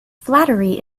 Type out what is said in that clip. flattery